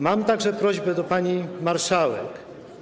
Mam także prośbę do pani marszałek.